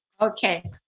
Okay